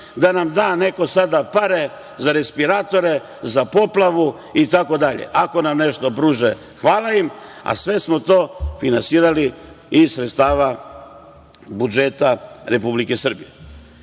da nam da neko sada pare za respiratore, za poplavu itd. Ako nam nešto pruži, hvala im, ali sve smo to finansirali iz sredstava budžeta Republike Srbije. Tako